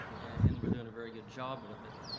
and we're doing a very good job with it.